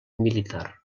militar